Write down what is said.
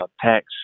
tax